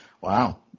Wow